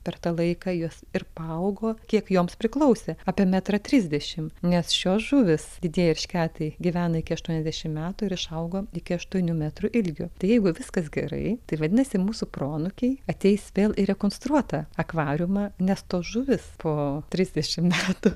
per tą laiką jos ir paaugo kiek joms priklausė apie metrą trisdešim nes šios žuvys didieji eršketai gyvena iki aštuoniasdešim metų ir išauga iki aštuonių metrų ilgio tai jeigu viskas gerai tai vadinasi mūsų proanūkiai ateis vėl į rekonstruotą akvariumą nes tos žuvys po trisdešim metų